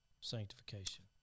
sanctification